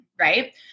right